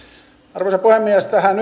arvoisa puhemies tähän